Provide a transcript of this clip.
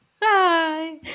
Bye